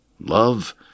love